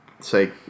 say